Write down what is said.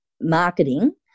marketing